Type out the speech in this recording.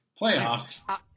playoffs